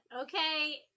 Okay